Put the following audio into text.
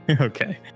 okay